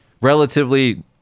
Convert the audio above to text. relatively